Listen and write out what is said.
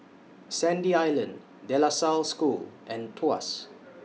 Sandy Island De La Salle School and Tuas